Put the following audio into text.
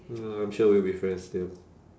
mm I'm sure we'll be friends still